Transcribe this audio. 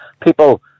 People